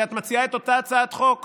שאת מציעה את אותה הצעת חוק